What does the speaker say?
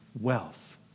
wealth